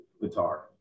guitar